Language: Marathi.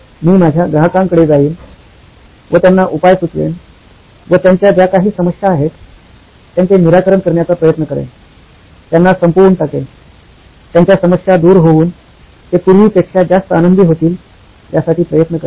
मी माझ्या ग्राहकांकडे जाईन व त्यांना उपाय सुचवेन व त्यांच्या ज्या काही समस्या आहेत त्यांचे निराकरण करण्याचा प्रयत्न करेन त्यांना संपवून टाकेन त्यांच्या समस्या दूर होऊन ते पूर्वी पेक्षा जास्त आनंदी होतील यासाठी प्रयत्न करेन